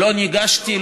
לא ניגשתי,